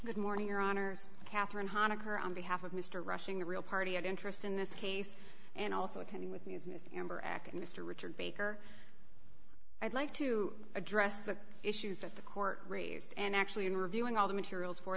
good morning your honour's katherine honaker on behalf of mr rushing the real party and interest in this case and also attending with member ak mr richard baker i'd like to address the issues that the court raised and actually in reviewing all the materials for